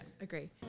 agree